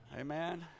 Amen